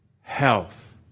health